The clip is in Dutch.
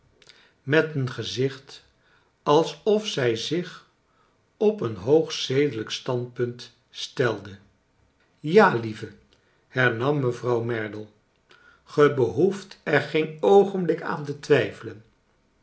met een gezicht alsof zij zich op een hoog zedelijk standpunt stelde ja lieve hernam mevrouw merdle ge behoeft er geen oogenblik aan te twijfelen